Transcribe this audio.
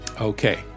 Okay